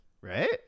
right